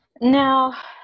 Now